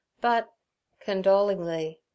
but—condolingly—